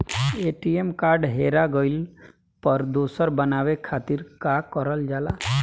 ATM card हेरा गइल पर दोसर बनवावे खातिर का करल जाला?